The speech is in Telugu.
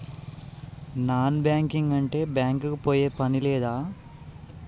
నాన్ బ్యాంకింగ్ అంటే బ్యాంక్ కి పోయే పని లేదా?